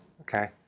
okay